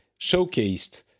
showcased